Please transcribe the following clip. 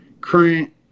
current